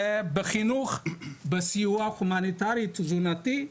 ובחינוך בסיוע הומניטרי תזונתי,